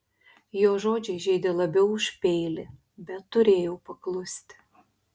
jo žodžiai žeidė labiau už peilį bet turėjau paklusti